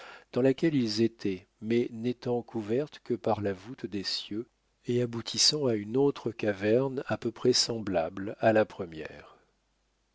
dans laquelle ils étaient mais n'étant couverte que par la voûte des cieux et aboutissant à une autre caverne à peu près semblable à la première